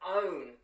own